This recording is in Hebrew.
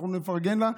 אנחנו נפרגן לה,